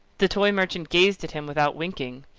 the toy merchant gazed at him without winking.